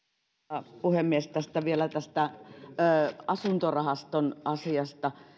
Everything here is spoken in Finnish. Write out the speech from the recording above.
arvoisa puhemies vielä tästä asuntorahaston asiasta